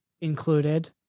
included